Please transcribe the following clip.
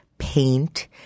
paint